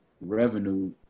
revenue